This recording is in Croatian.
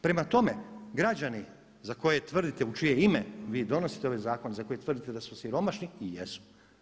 Prema tome, građani za koje tvrdite u čije ime vi donosite ovaj zakon za koji tvrdite da su siromašni i jesu.